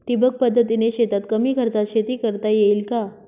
ठिबक पद्धतीने शेतात कमी खर्चात शेती करता येईल का?